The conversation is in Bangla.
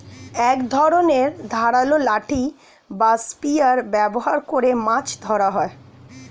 এক ধরনের ধারালো লাঠি বা স্পিয়ার ব্যবহার করে মাছ ধরা হয়